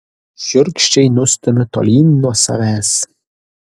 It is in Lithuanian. šiurkščiai nustumiu tolyn nuo savęs